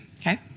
Okay